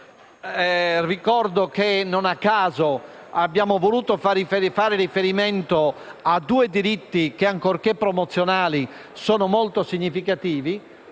Ricordo che, non a caso, abbiamo voluto far riferimento a due diritti che, ancorché promozionali, sono molto significativi,